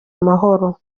amahoro